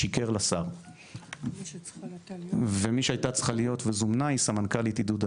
שיקר לשר ומי שהייתה צריכה להיות וזומנה היא סמנכ"לית עידוד עלייה,